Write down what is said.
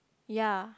ya